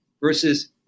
versus